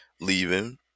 leaving